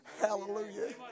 hallelujah